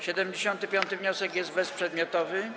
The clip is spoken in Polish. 75. wniosek jest bezprzedmiotowy.